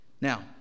Now